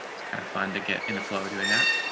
it's kind of fun to get in the flow doing that.